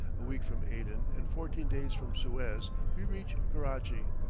a week from aden, and fourteen days from suez we reach karachi.